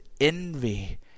envy